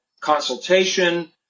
consultation